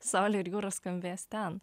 saulė ir jūra skambės ten